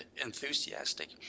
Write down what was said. enthusiastic